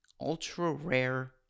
ultra-rare